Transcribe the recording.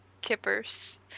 kippers